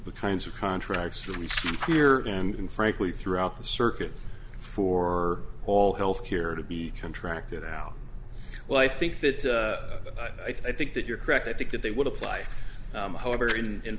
the kinds of contracts to reach here and frankly throughout the circuit for all health care to be contracted out well i think that i think that you're correct i think that they would apply however in